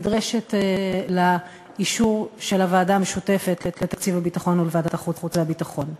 נדרש לה אישור של הוועדה המשותפת לתקציב הביטחון ולוועדת החוץ והביטחון.